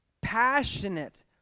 passionate